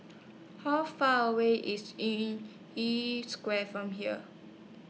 How Far away IS in E Square from here